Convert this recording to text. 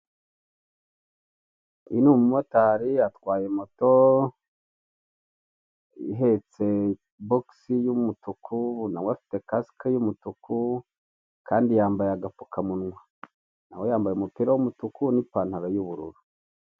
Uyu ni umumotari atwaye moto ihetse bogisi y'umutuku, nawe afite kasike y'umutuku kandi yambaye agapfukamunwa nawe yambaye umupira w'umutuku n'ipantaro y'ubururu.